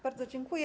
Bardzo dziękuję.